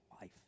life